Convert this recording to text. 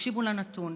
תקשיבו לנתון,